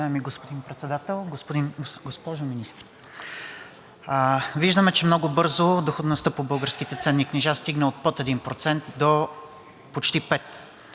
Уважаеми господин Председател, госпожо Министър! Виждаме, че много бързо доходността по българските ценни книжа стигна от под 1% до почти пет.